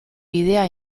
bidea